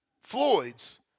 Floyds